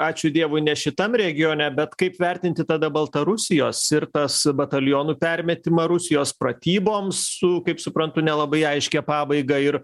ačiū dievui ne šitam regione bet kaip vertinti tada baltarusijos ir tas batalionų permetimą rusijos pratyboms su kaip suprantu nelabai aiškia pabaiga ir